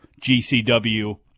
gcw